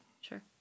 Sure